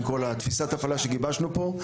עם כל תפיסת ההפעלה שגיבשנו פה,